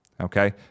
okay